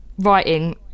Writing